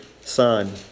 son